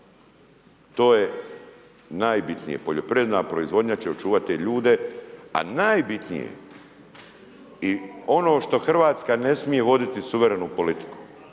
to je najbitnije. Poljoprivredna proizvodnja će očuvati te ljudi, a najbitnije i ono što RH ne smije voditi suverenu politiku,